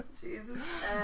Jesus